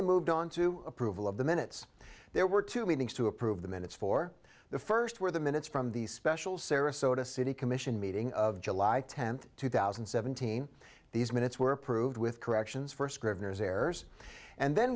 they moved on to approval of the minutes there were two meetings to approve the minutes for the first where the minutes from the special sarasota city commission meeting of july tenth two thousand and seventeen these minutes were approved with corrections